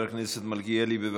חבר הכנסת מלכיאלי, בבקשה,